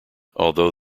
although